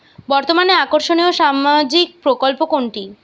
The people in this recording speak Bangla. বর্তমানে আকর্ষনিয় সামাজিক প্রকল্প কোনটি?